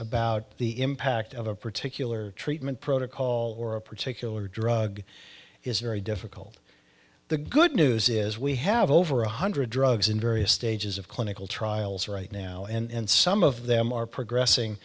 about the impact of a particular treatment protocol or a particular drug is very difficult the good news is we have over one hundred drugs in various stages of clinical trials right now and some of them are progressing